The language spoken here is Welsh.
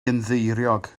gynddeiriog